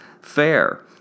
fair